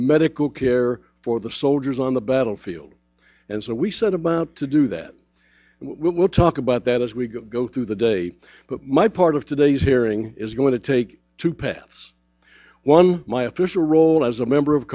medical care for the soldiers on the battlefield and so we set about to do that we'll talk about that as we go through the day but my part of today's hearing is going to take two paths one my offish your role as a member of